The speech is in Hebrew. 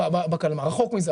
רחוק מזה.